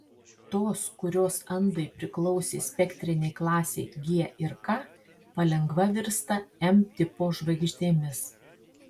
tos kurios andai priklausė spektrinei klasei g ir k palengva virsta m tipo žvaigždėmis